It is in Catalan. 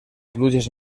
pluges